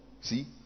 see